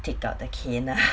take out the cane ah